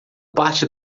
parte